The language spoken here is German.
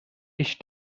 ich